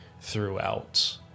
throughout